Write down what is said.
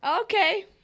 Okay